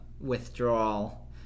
withdrawal